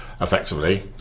effectively